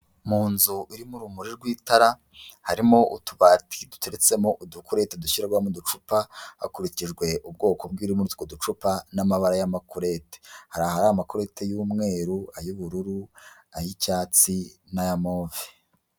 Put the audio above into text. Mu nzu irimo urumuri rw'itara harimo utubati duteretsemo udukure tudashyirwamo uducupa hakurikijwe ubwoko bw'ibibiririmo utwo ducupa n'amabara y'amakurete, hari ahari amakote y'umweru ay'ubururu ay'icyatsi n'ay'amove.